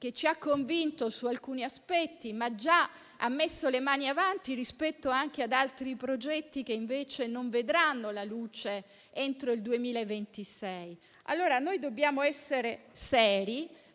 che ci ha convinto su alcuni aspetti, ma ha già messo le mani avanti rispetto ad altri progetti che invece non vedranno la luce entro il 2026 - dobbiamo essere seri,